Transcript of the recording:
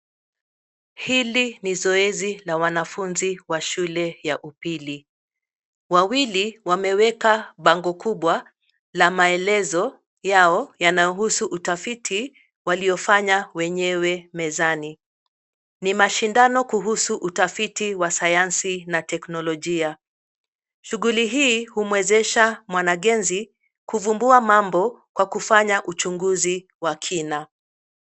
Hili ni zoezi la wanafunzi wa shule ya upili. Wawili wameweka bango kubwa la maelezo yao yanayohusu utafiti waliofanya wenyewe mezani. Ni mashindano kuhusu utafiti wa Sayansi na Teknolojia. Shughuli hii humwezesha mwanagenzi kuvumbua mambo kwa kufanya uchunguzi wa kina.